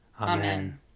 Amen